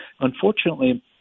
unfortunately